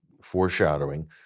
foreshadowing